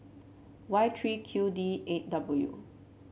Y three Q D eight W